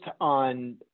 on